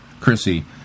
Chrissy